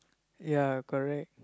yeah correct